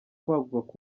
kwaguka